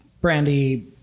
Brandy